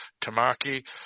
Tamaki